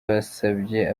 basabye